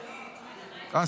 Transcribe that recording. אה,